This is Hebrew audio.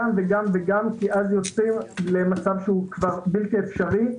כי אז יוצרים מצב בלתי אפשרי.